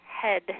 head